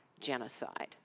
genocide